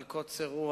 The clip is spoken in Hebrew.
על קוצר רוח,